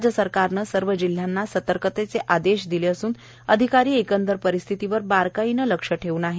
राज्यसरकारनं सर्व जिल्ह्यांना सर्तकतेचे आदेश दिले असून अधिकारी एकदंर परिस्थितीवर बारकाईनं लक्ष ठेवून आहे